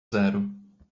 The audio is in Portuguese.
zero